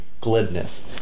glibness